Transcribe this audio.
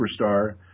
superstar